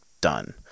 done